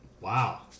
Wow